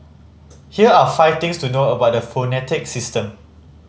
here are five things to know about the phonetic system